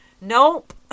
Nope